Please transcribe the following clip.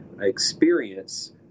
experience